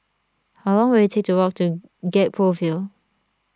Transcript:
how long will it take to walk to Gek Poh Ville